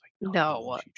No